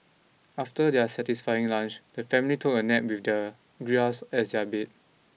after their satisfying lunch the family took a nap with the grass as their bed